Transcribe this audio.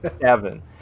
seven